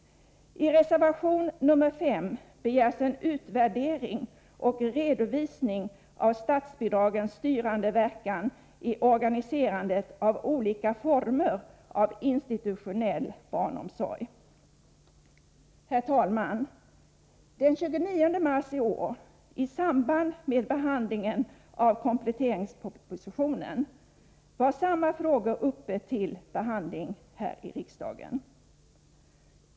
I reservation 5 begärs en utvärdering och redovisning av statsbidragens styrande verkan vid organiserandet av olika former av institutionell barnomsorg. Herr talman! Den 29 mars i år var samma frågor uppe till behandling i riksdagen i samband med behandlingen av kompletteringspropositionen.